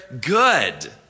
good